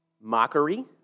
mockery